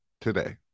today